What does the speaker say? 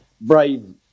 brave